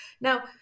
now